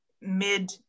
mid